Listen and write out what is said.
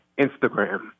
Instagram